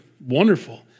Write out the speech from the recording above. wonderful